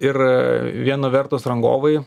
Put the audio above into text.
ir viena vertus rangovai